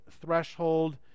threshold